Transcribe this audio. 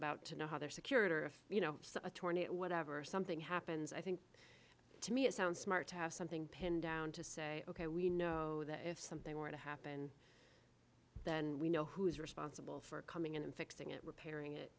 about to know how they're security or if you know a tornado whatever something happens i think to me it sounds smart to have something pen down to say ok we know that if something were to happen then we know who is responsible for coming in and fixing it repairing it